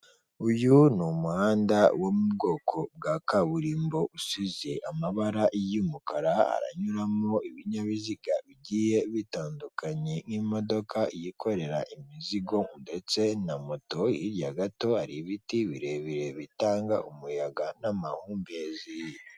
Uyu ni umuhanga wo mubwoko bwa kaburimbo usize amabara y'umukara, aranyuramo ibinyabiziga bigiye bitandukanye nk'imodoka yikorera imizigo ndetse na moto, hirya gato hari ibiti birebire bitanga umuyaga n'amahumbezi.